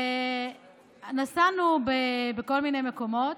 נסענו בכל מיני מקומות.